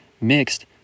mixed